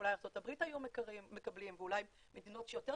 שאולי ארצות הברית היו מקבלים ואולי מדינות שיותר